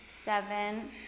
Seven